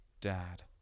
Dad